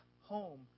home